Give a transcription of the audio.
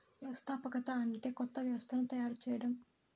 వ్యవస్థాపకత అంటే కొత్త వ్యవస్థను తయారు చేయడం